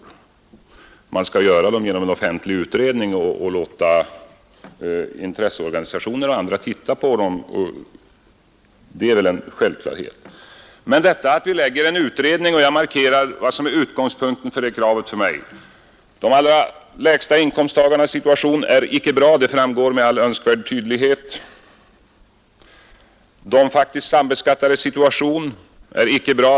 De förslagen skall göras upp av en offentlig utredning, och sedan skall man låta intresseorganisationer och andra se på dem, Det är väl en självklarhet. Vi har krävt en utredning, och jag har markerat vad som är utgångspunkten för mig för det kravet. Det är att de allra lägsta inkomsttagarnas situation inte är bra. Det framgår med all önskvärd tydlighet. Vidare är de faktiskt sambeskattades situation inte bra.